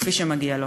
כפי שמגיע לו.